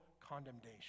condemnation